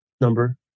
number